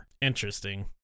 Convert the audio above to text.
Interesting